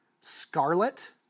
scarlet